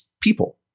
people